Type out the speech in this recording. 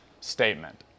statement